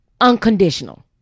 Unconditional